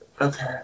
Okay